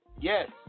yes